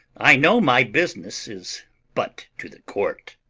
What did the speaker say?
i know my business is but to the court.